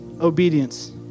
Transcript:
obedience